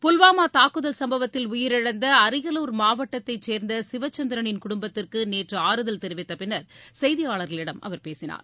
புல்வாமா தாக்குதல் சும்பவத்தில் உயிரிழந்த அரியலூர் மாவட்டத்தைச் சேர்ந்த சிவச்சந்திரனின் குடும்பத்திற்கு நேற்று ஆறுதல் தெரிவித்த பின்னர் செய்தியாளர்களிடம் அவர் பேசினார்